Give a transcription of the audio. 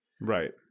Right